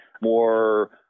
more